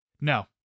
No